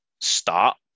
start